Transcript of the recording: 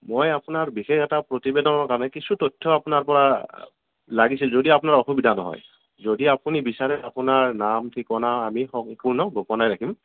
মই আপোনাৰ বিশেষ এটা প্ৰতিবেদনৰ কাৰণে কিছু তথ্য আপোনাৰ পৰা লাগিছিল যদি আপোনাৰ অসুবিধা নহয় যদি আপুনি বিছাৰে আপোনাৰ নাম ঠিকনা আমি সম্পূৰ্ণ গোপনে ৰাখিম